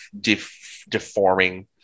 deforming